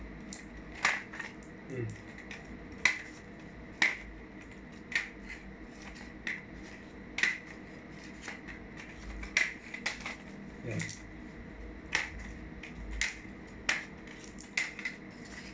mm ya